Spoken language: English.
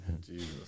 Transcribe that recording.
Jesus